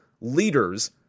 leaders